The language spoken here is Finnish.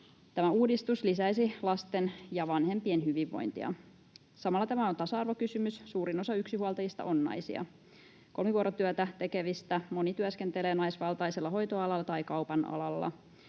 Tämä uudistus lisäisi lasten ja vanhempien hyvinvointia. Samalla tämä on tasa-arvokysymys. Suurin osa yksinhuoltajista on naisia. Kolmivuorotyötä tekevistä moni työskentelee naisvaltaisella hoitoalalla tai kaupan alalla.